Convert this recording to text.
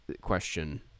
question